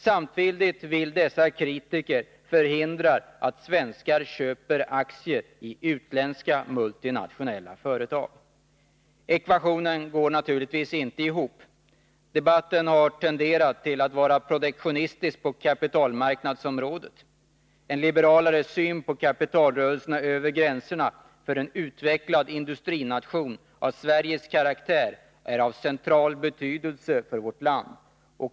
Samtidigt vill dessa kritiker förhindra att svenskar köper aktier i utländska multinationella företag. Ekvationen går naturligtvis inte ihop. Debatten har tenderat att bli protektionistisk på kapitalmarknadsområdet. En liberalare syn på kapitalrörelser över gränserna för en utvecklad industrination av Sveriges karaktär är av central betydelse för vårt land.